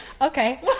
okay